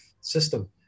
system